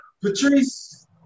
Patrice